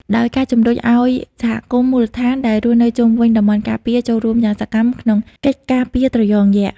ដោយការជំរុញឲ្យសហគមន៍មូលដ្ឋានដែលរស់នៅជុំវិញតំបន់ការពារ ចូលរួមយ៉ាងសកម្មក្នុងកិច្ចការពារត្រយងយក្ស។